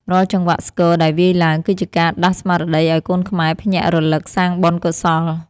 រាល់ចង្វាក់ស្គរដែលវាយឡើង គឺជាការដាស់ស្មារតីឱ្យកូនខ្មែរភ្ញាក់រលឹកសាងបុណ្យកុសល។